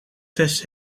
test